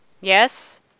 Yes